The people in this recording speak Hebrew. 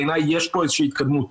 בעיניי יש פה איזושהי התקדמות,